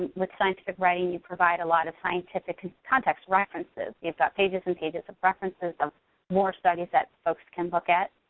with scientific writing, you provide a lot of scientific context references. you've got pages and pages of references of more studies that folks can look at.